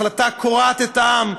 החלטה שקורעת את העם,